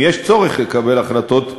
אם יש צורך לקבל החלטות מינהליות,